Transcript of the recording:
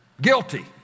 guilty